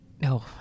No